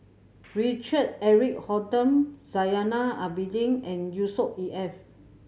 Richard Eric Holttum Zainal Abidin and Yusnor E F